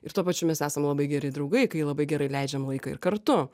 ir tuo pačiu mes esam labai geri draugai kai labai gerai leidžiam laiką ir kartu